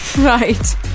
Right